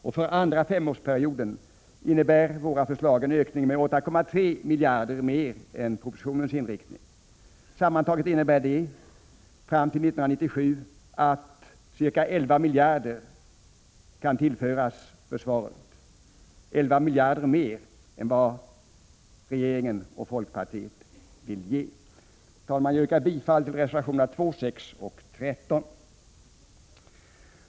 För den andra femårsperioden innebär våra förslag en ökning med 8,3 miljarder jämfört med propositionens inriktning. Sammantaget innebär det att fram till 1997 kan ca 11 miljarder tillföras försvaret — 11 miljarder mer än vad regeringen och folkpartiet vill ge. Herr talman! Jag yrkar bifall till reservationerna 2, 6 och 13.